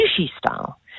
sushi-style